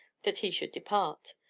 that he should depart,